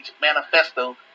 manifesto